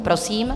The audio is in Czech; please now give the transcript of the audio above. Prosím.